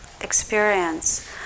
experience